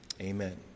Amen